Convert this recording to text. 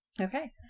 Okay